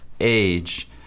age